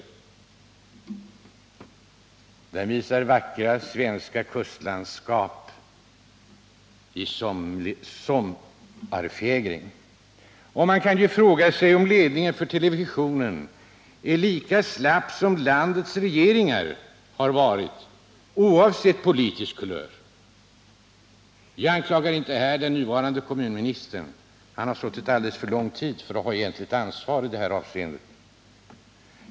Den visar vackra svenska kustlandskap i sommarfägring. Man kan fråga sig om ledningen för televisionen är lika slapp som landets regeringar har varit, oavsett politisk kulör. Jag anklagar inte den nuvarande kommunministern. Han har suttit alldeles för kort tid för att ha egentligt ansvar i detta avseende.